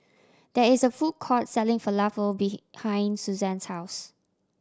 there is a food court selling Falafel behind Suzanne's house